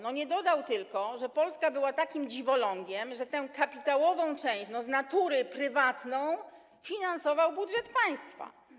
Nie dodał tylko, że Polska była takim dziwolągiem, że tę kapitałową część, z natury prywatną, finansował budżet państwa.